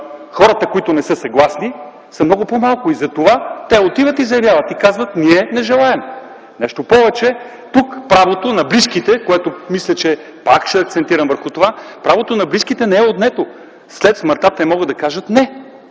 хората, които не са съгласни са много по-малко. И затова те отиват и заявяват, и казват: „Ние не желаем”. Нещо повече – тук правото на близките, което мисля, че – пак ще акцентирам върху това – правото на близките не е отнето. След смъртта те могат да кажат: